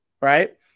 right